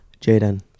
Jaden